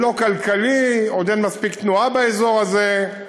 זה לא כלכלי, עוד אין מספיק תנועה באזור הזה.